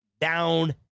down